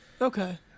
Okay